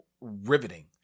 riveting